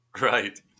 Right